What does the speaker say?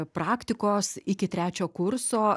praktikos iki trečio kurso